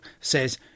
says